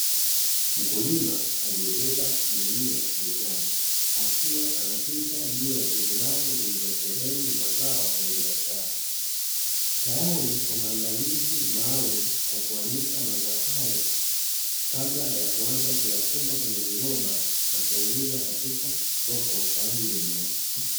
Mkulima aliyebeba gunia begani akiwa anapita juu ya turubai lililosheheni mazao ya biashara. Tayari kwa maandalizi maalumu ya kuanika mazao hayo kabla ya kuanza kuyafunga kwenye viroba kuingiza katika soko kwa ajili ya mauzo.